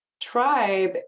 tribe